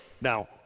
Now